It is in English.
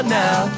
now